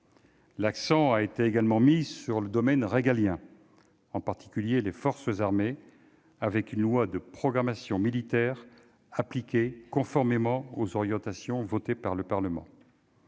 L'accent a également été mis sur le domaine régalien, en particulier les forces armées, avec une loi de programmation militaire appliquée conformément aux orientations votées par le Parlement,